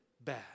bad